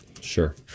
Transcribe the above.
Sure